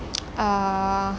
uh